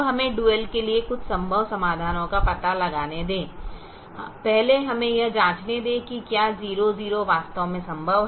अब हमें डुअल के लिए कुछ संभव समाधानों का पता लगाने दें पहले हमें यह जांचने दें कि क्या 00वास्तव में संभव है